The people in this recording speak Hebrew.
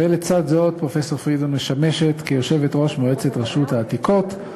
ולצד זה עוד פרופסור פרידמן משמשת כיושבת-ראש מועצת רשות העתיקות.